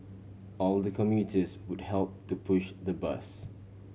all the commuters would help to push the bus